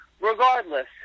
Regardless